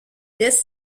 this